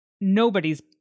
nobody's